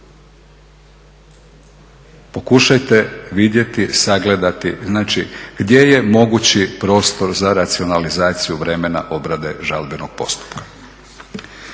Pokušajte vidjeti, sagledati gdje je mogući prostor za racionalizaciju vremena obrade žalbenog postupka.